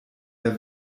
der